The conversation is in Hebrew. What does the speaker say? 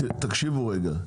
תקשיבו רגע,